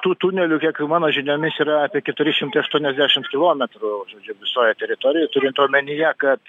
tų tunelių kiek jų mano žiniomis yra apie keturi šimtai aštuoniasdešimt kilometrų žodžiu visoje teritorijoj turint omenyje kad